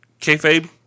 Kayfabe